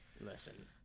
Listen